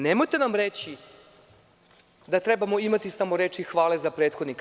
Nemojte nam reći da trebamo imati samo reči hvale za prethodnika.